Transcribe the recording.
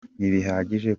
ntibihagije